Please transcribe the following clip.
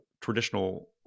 traditional